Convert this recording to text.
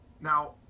Now